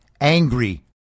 angry